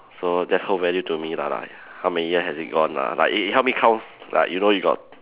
so that's whole value to me lah like how many years has it gone lah like it help me count like you know you got